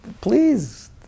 Please